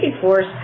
Force